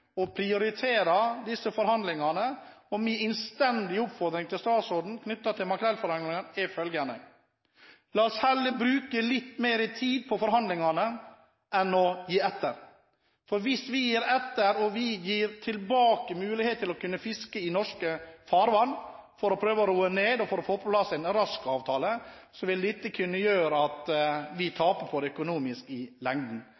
disse forhandlingene. Min innstendige oppfordring til statsråden knyttet til makrellforhandlingene er følgende: La oss heller bruke litt mer tid på forhandlingene enn å gi etter. For hvis vi gir etter og gir tilbake muligheten til å kunne fiske i norske farvann, for å prøve å roe ned og for å få på plass en rask avtale, vil dette kunne gjøre at vi i lengden